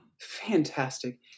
fantastic